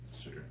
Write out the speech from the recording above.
Sure